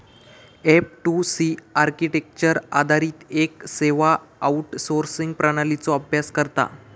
F two C आर्किटेक्चरवर आधारित येक सेवा आउटसोर्सिंग प्रणालीचो अभ्यास करता